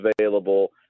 available